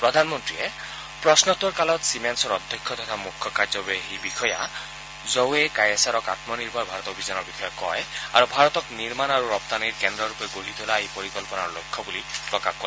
প্ৰধানমন্ত্ৰীয়ে প্ৰশ্নত্তোৰ কালত ছিমেনছৰ অধ্যক্ষ তথা মুখ্য কাৰ্যবাহী বিষয়া জ ৱে কায়েছৰক আন্ম নিৰ্ভৰ ভাৰত অভিযানৰ বিষয়ে কয় আৰু ভাৰতক নিৰ্মাণ আৰু ৰপ্তানিৰ কেন্দ্ৰৰূপে গঢ়ি তোলা এই পৰিকল্পনাৰ বৃহৎ অংশ বুলি প্ৰকাশ কৰে